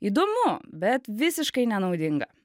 įdomu bet visiškai nenaudinga